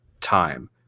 time